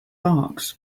barks